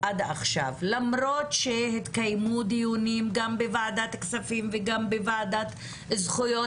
עד עכשיו למרות שהתקיימו דיונים גם בוועדת כספים וגם בוועדת זכויות